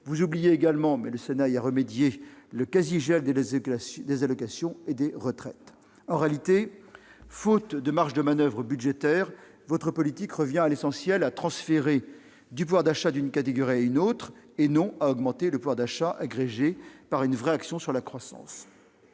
Vous oubliez également, mais le Sénat y a remédié, le quasi-gel des allocations et des retraites. En réalité, faute de marges de manoeuvre budgétaires, votre politique revient, pour l'essentiel, à transférer du pouvoir d'achat d'une catégorie de ménages à une autre, et non à augmenter le pouvoir d'achat agrégé par une vraie action sur la croissance.